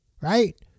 right